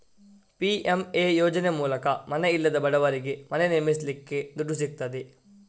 PMA ಯೋಜನೆ ಮೂಲಕ ಮನೆ ಇಲ್ಲದ ಬಡವರಿಗೆ ಮನೆ ನಿರ್ಮಿಸಲಿಕ್ಕೆ ದುಡ್ಡು ಸಿಗ್ತದೆ